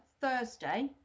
Thursday